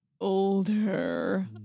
older